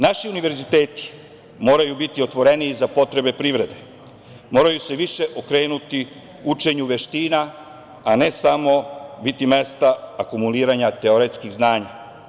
Naši univerziteti moraju biti otvoreniji za potrebe privrede, moraju se više okrenuti učenju veština, a ne samo biti mesta akumuliranja teoretskih znanja.